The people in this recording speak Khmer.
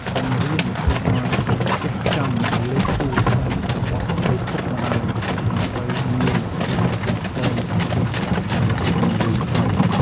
បង្រៀនកុមារឱ្យចេះចាំលេខទូរស័ព្ទរបស់ឪពុកម្តាយដើម្បីងាយស្រួលទាក់ទងក្នុងករណីវង្វេងផ្លូវ។